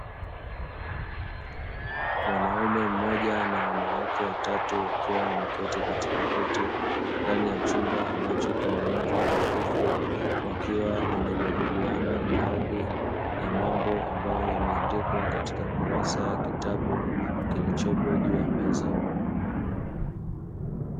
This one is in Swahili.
Mwanaume mmoja na wanawake watatu wakiwa wameketi katika viti ndani ya chumba ambacho kina mwanga hafifu, wakiwa wanajadiliana baadhi ya mambo ambayo yameandikwa katika kurasa ya kitabu kilichopo juu ya meza.